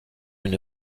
une